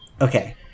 okay